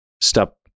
step